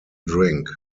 drink